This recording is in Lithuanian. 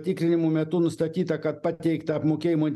tikrinimų metu nustatyta kad pateikta apmokėjimų